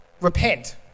Repent